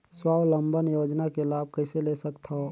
स्वावलंबन योजना के लाभ कइसे ले सकथव?